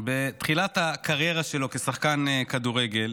בתחילת הקריירה שלו כשחקן כדורגל,